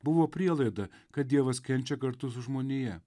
buvo prielaida kad dievas kenčia kartu su žmonija